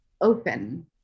open